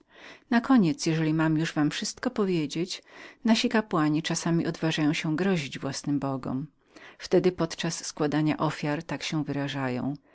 składzie nakoniec jeżeli mam już wam wszystko powiedzieć nasi kapłani czasami odważają się grozić własnym bogom i wtedy podczas ofiary tak się wyrażają